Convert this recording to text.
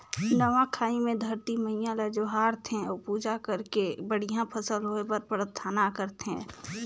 नवा खाई मे धरती मईयां ल जोहार थे अउ पूजा करके बड़िहा फसल होए बर पराथना करथे